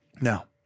Now